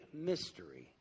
mystery